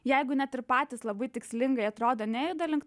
jeigu net ir patys labai tikslingai atrodo nejuda link